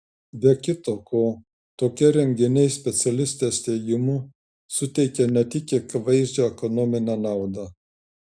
be kita ko tokie renginiai specialistės teigimu suteikia ne tik akivaizdžią ekonominę naudą